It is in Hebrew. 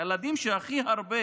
הילדים שהכי הרבה